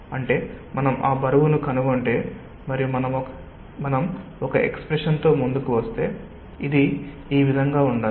అంటే మనం ఆ బరువును కనుగొంటే మరియు మనం ఒక ఎక్స్ప్రెషన్ తో ముందుకు వస్తే ఇది ఈ విధంగా ఉండాలి